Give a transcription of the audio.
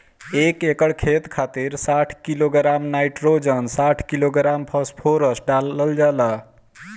एक एकड़ खेत खातिर साठ किलोग्राम नाइट्रोजन साठ किलोग्राम फास्फोरस डालल जाला?